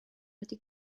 wedi